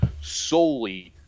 solely –